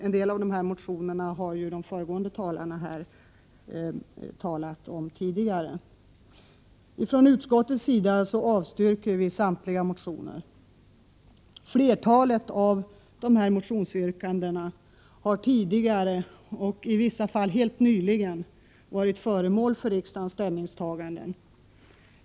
En del av de motionerna har de föregående talarna redogjort för. Ifrån utskottets sida avstyrker vi samtliga motioner. Flertalet av yrkandena har tidigare och i vissa fall helt nyligen varit föremål för riksdagens ställningstagande.